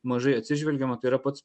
mažai atsižvelgiama tai yra pats